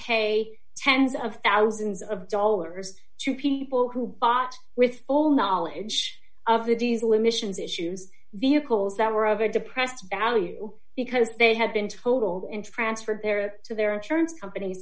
pay tens of thousands of dollars to people who bought with full knowledge of the diesel emissions issues vehicles that were of a depressed value because they had been totaled in transferred there to their insurance compan